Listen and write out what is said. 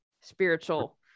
spiritual